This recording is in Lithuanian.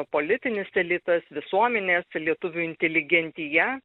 politinis elitas visuomenės lietuvių inteligentija